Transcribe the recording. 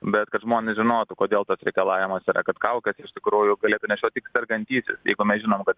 bet kad žmonės žinotų kodėl tas reikalavimas yra kad kaukes iš tikrųjų galėtų nešiot tik sergantysis jeigu mes žinom kad